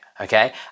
Okay